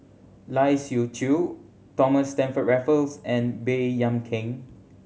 Lai Siu Chiu Thomas Stamford Raffles and Baey Yam Keng